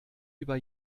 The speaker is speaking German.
über